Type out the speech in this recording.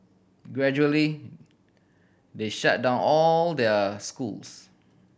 gradually they shut down all their schools